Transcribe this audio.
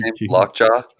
Lockjaw